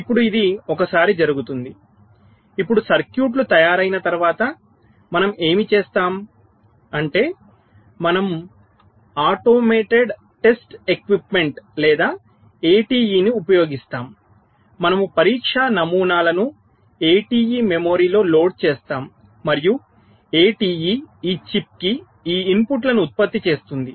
ఇప్పుడు ఇది ఒకసారి జరుగుతుంది ఇప్పుడు సర్క్యూట్లు తయారైన తర్వాత మనం ఏమి చేస్తాం అంటే మనము ఆటోమేటెడ్ టెస్ట్ ఎక్విప్మెంట్ లేదా ATE ని ఉపయోగిస్తాము మనము పరీక్షా నమూనాలను ATE మెమరీలో లోడ్ చేస్తాము మరియు ATE ఈ చిప్కి ఈ ఇన్పుట్లను ఉత్పత్తి చేస్తుంది